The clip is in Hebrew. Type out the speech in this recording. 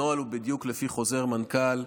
הנוהל הוא בדיוק לפי חוזר מנכ"ל,